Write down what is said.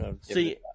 See